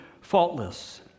faultless